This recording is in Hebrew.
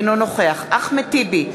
אינו נוכח אחמד טיבי,